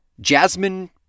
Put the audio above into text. Jasmine